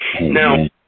Now